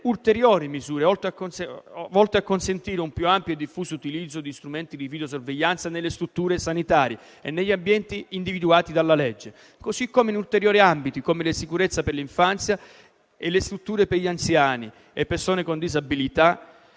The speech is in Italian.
ulteriori misure volte a consentire un più ampio e diffuso utilizzo di strumenti di videosorveglianza nelle strutture sanitarie e negli ambienti individuati dalla legge, così come in ulteriori ambiti, come la sicurezza nelle strutture per l'infanzia, per gli anziani e per persone con disabilità.